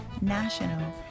national